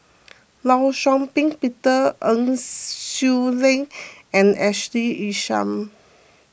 Law Shau Ping Peter En Swee Leng and Ashley Isham